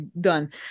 done